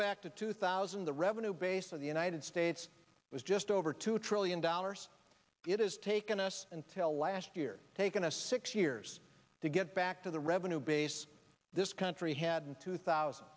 back to two thousand the revenue base of the united states was just over two trillion dollars it has taken us until last year taken us six years to get back to the revenue base this country had in two thousand